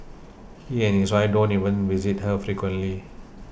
he and his wife don't even visit her frequently